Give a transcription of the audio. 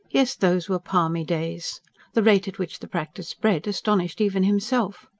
yes, those were palmy days the rate at which the practice spread astonished even himself.